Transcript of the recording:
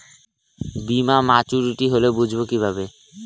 বীমা মাচুরিটি হলে বুঝবো কিভাবে?